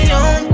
on